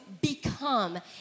become